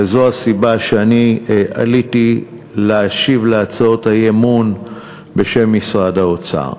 וזו הסיבה שאני עליתי להשיב על הצעות האי-אמון בשם משרד האוצר.